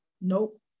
nope